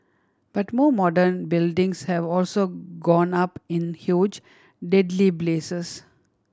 but more modern buildings have also gone up in huge deadly blazes